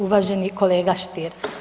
Uvaženi kolega Stier.